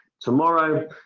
tomorrow